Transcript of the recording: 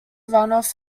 runoff